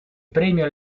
premio